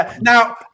Now